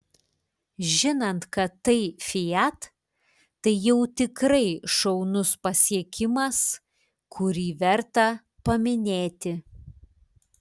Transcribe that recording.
žinant kad tai fiat tai jau tikrai šaunus pasiekimas kurį verta paminėti